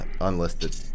unlisted